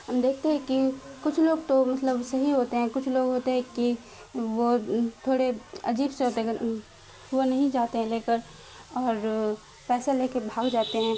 ہم دیکھتے ہیں کہ کچھ لوگ تو مطلب صحیح ہوتے ہیں کچھ لوگ ہوتے ہیں کہ وہ تھوڑے عجیب سے ہوتے ہیں وہ نہیں جاتے ہیں لے کر اور پیسہ لے کے بھاگ جاتے ہیں